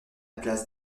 place